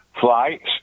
flights